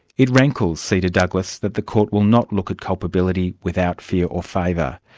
it rankles seda douglas that the court will not look at culpability without fear or favour.